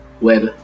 Web